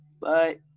Bye